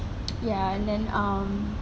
ya and then um